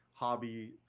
hobby